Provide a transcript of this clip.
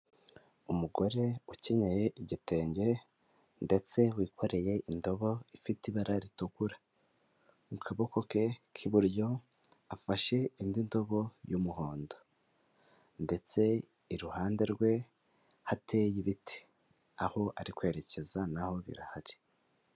Umugore ukenyeye igitenge ndetse wikoreye indobo ifite ibara ritukura. Mu kaboko ke k'iburyo afashe indi ndobo y'umuhondo ndetse iruhande rwe hateye ibiti, aho ari kwerekeza naho birahari.